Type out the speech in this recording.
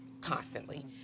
constantly